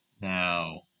Now